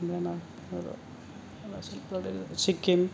Sikkim